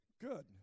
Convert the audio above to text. Good